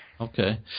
Okay